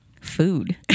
food